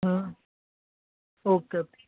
હા okay okay